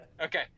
Okay